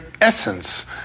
essence